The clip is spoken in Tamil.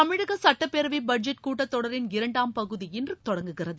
தமிழக சட்டப்பேரவை பட்ஜெட் கூட்டத்தொடரின் இரண்டாம் பகுதி இன்று தொடங்குகிறது